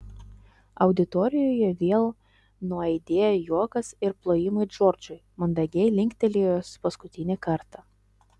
auditorijoje vėl nuaidėjo juokas ir plojimai džordžui mandagiai linktelėjus paskutinį kartą